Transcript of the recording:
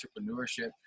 entrepreneurship